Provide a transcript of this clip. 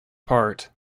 part